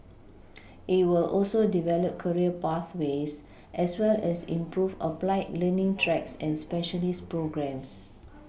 it will also develop career pathways as well as improve applied learning tracks and specialist programmes